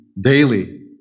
Daily